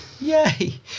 Yay